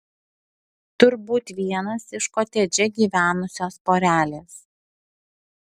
turbūt vienas iš kotedže gyvenusios porelės